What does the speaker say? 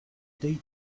dei